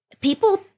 people